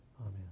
Amen